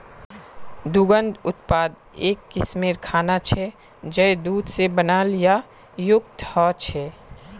दुग्ध उत्पाद एक किस्मेर खाना छे जये दूध से बनाल या युक्त ह छे